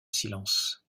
silence